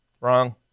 Wrong